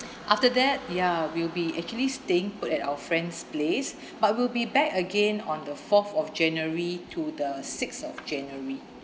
after that ya we'll be actually staying put at our friend's place but we'll be back again on the fourth of january to the sixth of january